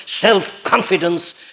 self-confidence